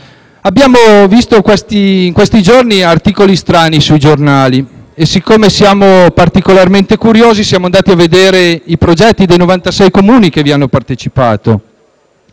abbiamo visto articoli strani sui giornali e siccome siamo particolarmente curiosi siamo andati a vedere i progetti dei 96 Comuni che hanno partecipato